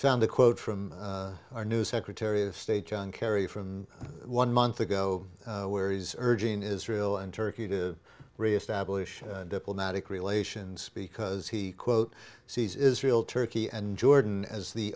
found a quote from our new secretary of state john kerry from one month ago where is urging israel and turkey to reestablish diplomatic relations because he quote sees israel turkey and jordan as the